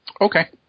Okay